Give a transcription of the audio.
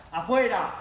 afuera